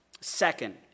Second